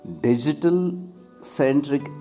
digital-centric